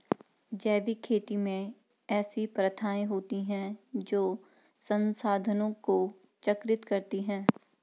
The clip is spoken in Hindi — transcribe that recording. जैविक खेती में ऐसी प्रथाएँ होती हैं जो संसाधनों को चक्रित करती हैं